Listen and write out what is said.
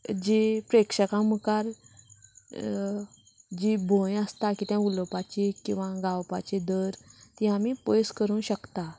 जीं प्रेक्षका मुखार जी भंय आसता कितें उलोवपाची किंवां गावपाची धर ती आमी पयस करूंक शकता